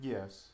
Yes